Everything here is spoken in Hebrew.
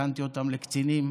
הכנתי אותם לקצינים,